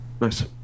nice